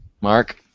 Mark